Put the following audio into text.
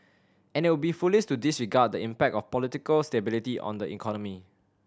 and it would be foolish to disregard the impact of political stability on the economy